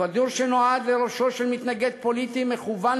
הכדור שנועד לראשו של מתנגד פוליטי מכוון,